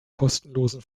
kostenlosen